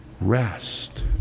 rest